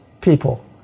people